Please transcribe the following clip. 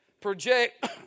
project